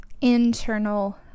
internal